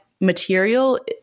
material